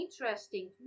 interesting